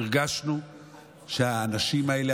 הרגשנו שהאנשים האלה,